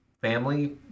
family